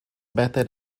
better